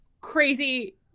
crazy